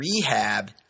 Rehab